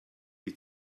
die